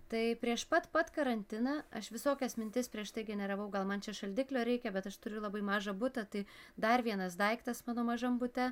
tai prieš pat pat karantiną aš visokias mintis prieš tai generavau gal man čia šaldiklio reikia bet aš turiu labai mažą butą tai dar vienas daiktas mano mažam bute